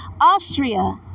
Austria